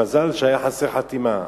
המזל היה שחסרה חתימה.